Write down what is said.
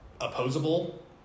opposable